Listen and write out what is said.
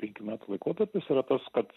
penkių metų laikotarpis yra tas kad